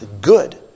good